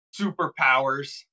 superpowers